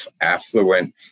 affluent